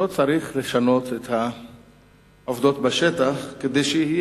לא צריך לשנות את העובדות בשטח כדי שיהיה